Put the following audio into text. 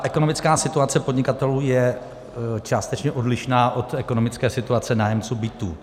Ekonomická situace podnikatelů je částečně odlišná od ekonomické situace nájemců bytů.